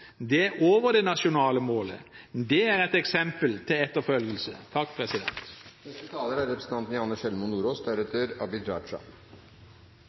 Det er over det nasjonale målet. Det er et eksempel til etterfølgelse.